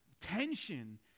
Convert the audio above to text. tension